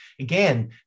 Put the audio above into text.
again